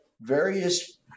Various